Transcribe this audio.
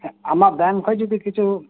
ᱟᱢᱟᱜ ᱵᱮᱝᱠ ᱠᱷᱚᱡ ᱡᱩᱫᱤ ᱠᱤᱪᱷᱩ